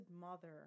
Mother